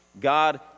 God